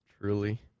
Truly